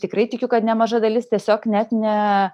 tikrai tikiu kad nemaža dalis tiesiog net ne